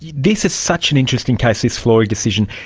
this is such an interesting case, this flori decision.